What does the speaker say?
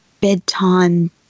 bedtime